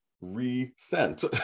resent